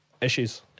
Issues